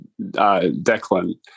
Declan